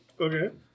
Okay